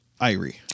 Irie